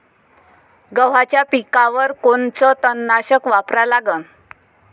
गव्हाच्या पिकावर कोनचं तननाशक वापरा लागन?